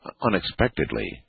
unexpectedly